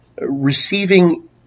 receiving